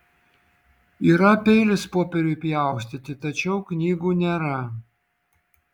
yra peilis popieriui pjaustyti tačiau knygų nėra